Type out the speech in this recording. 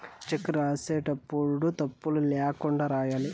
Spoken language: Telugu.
చెక్ రాసేటప్పుడు తప్పులు ల్యాకుండా రాయాలి